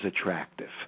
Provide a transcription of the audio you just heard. attractive